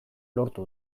lortu